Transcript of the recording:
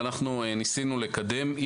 ואנחנו ניסינו לקדם.